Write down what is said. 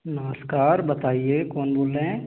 नमस्कार बताइए कौन बोल रहे हैं